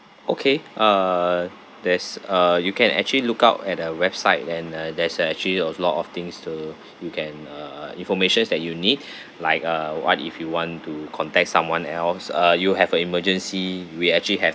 okay uh there's uh you can actually lookout at our website and uh there's uh actually a lot of things to you can uh informations that you need like uh what if you want to contact someone else uh you have an emergency we actually have